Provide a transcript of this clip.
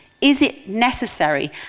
is-it-necessary